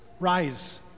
rise